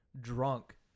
drunk